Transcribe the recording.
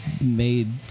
made